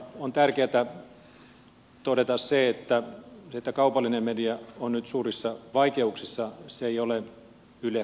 on tärkeätä todeta että se että kaupallinen media on nyt suurissa vaikeuksissa ei ole yleisradion syy